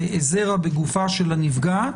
זרע בגופה של הנפגעת,